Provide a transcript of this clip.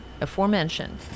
aforementioned